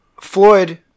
Floyd